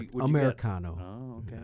Americano